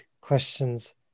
questions